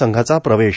संघाचा प्रवेश